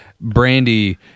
brandy